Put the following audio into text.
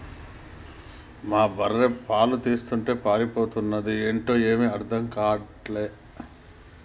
మా బర్రె పాలు తీస్తుంటే పారిపోతన్నాది ఏంటో ఏమీ అర్థం గాటల్లే